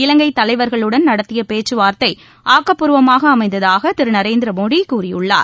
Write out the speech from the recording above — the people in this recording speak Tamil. இலங்கை தலைவர்களுடன் நடத்திய பேச்சுவார்த்தை ஆக்கப்பூர்வமாக அமைந்ததாக திரு நரேந்திர மோடி கூறியுள்ளார்